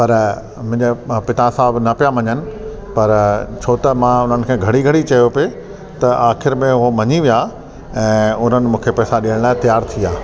पर मुंहिंजा अ पिता साहब न पिया मञनि पर छो त मां हुननि खे घड़ी घड़ी चयो पि त आखिर में हो मञी विया ऐं उन्हनि मूंखे पेसा ॾियण लाइ तयारु थी विया